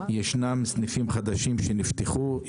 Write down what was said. יש סניפים חדשים שנפתחו,